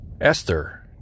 Esther